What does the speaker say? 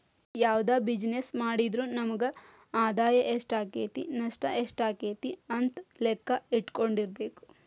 ಯಾವ್ದ ಬಿಜಿನೆಸ್ಸ್ ಮಾಡಿದ್ರು ನಮಗ ಆದಾಯಾ ಎಷ್ಟಾಕ್ಕತಿ ನಷ್ಟ ಯೆಷ್ಟಾಕ್ಕತಿ ಅಂತ್ ಲೆಕ್ಕಾ ಇಟ್ಕೊಂಡಿರ್ಬೆಕು